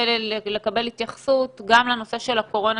לקבל התייחסות גם לנושא של הקורונה,